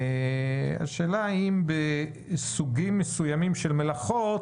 השאלה אם בסוגים מסוימים של מלאכות,